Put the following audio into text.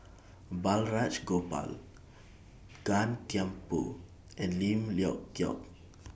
Balraj Gopal Gan Thiam Poh and Lim Leong Geok